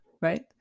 Right